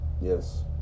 Yes